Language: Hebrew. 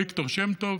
ויקטור שם-טוב,